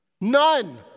None